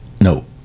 No